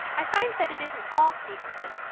i find that it isn't all stevenson.